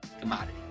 commodity